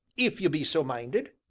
if you be so minded?